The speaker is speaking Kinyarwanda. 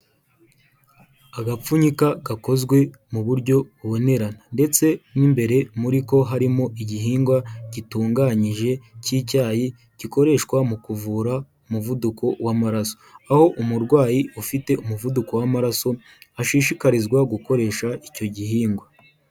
Agapfunyika gakozwe mu buryo bubonerana ndetse mu imbere muri ko harimo igihingwa gitunganyije cy'icyayi gikoreshwa mu kuvura umuvuduko w'amaraso, aho umurwayi ufite umuvuduko w'amaraso ashishikarizwa gukoresha icyo gihingwa.